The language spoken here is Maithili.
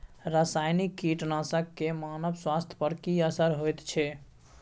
रसायनिक कीटनासक के मानव स्वास्थ्य पर की असर होयत छै?